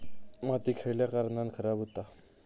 माती खयल्या कारणान खराब हुता?